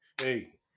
hey